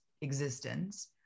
existence